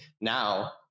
Now